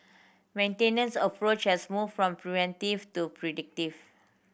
maintenance approach has moved from preventive to predictive